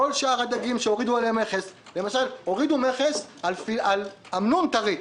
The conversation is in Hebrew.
כל שאר הדגים שהורידו עליהם מכס למשל הורידו מכס על אמנון טרי.